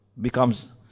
becomes